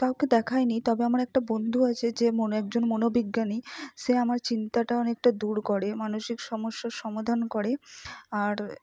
কাউকে দেখাইনি তবে আমার একটা বন্ধু আছে যে মনো একজন মনোবিজ্ঞানী সে আমার চিন্তাটা অনেকটা দূর করে মানসিক সমস্যার সমাধান করে আর